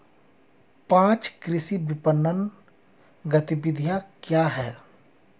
पाँच कृषि विपणन गतिविधियाँ क्या हैं?